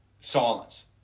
Silence